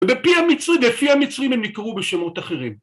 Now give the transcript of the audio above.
בפי המצרים הם נקראו בשמות אחרים.